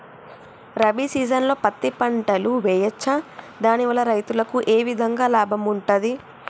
రబీ సీజన్లో పత్తి పంటలు వేయచ్చా దాని వల్ల రైతులకు ఏ విధంగా లాభం ఉంటది?